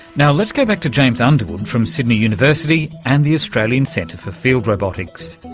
now let's go back to james underwood from sydney university and the australian centre for field robotics.